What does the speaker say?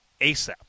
ASAP